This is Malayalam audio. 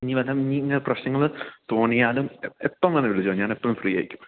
ഇനി വല്ലം ഈ ഇങ്ങനെ പ്രശ്നങ്ങൾ തോന്നിയാലും എപ്പം വേണമെങ്കിലും വിളിച്ചോ ഞാൻ എപ്പോളും ഫ്രീ ആയിരിക്കും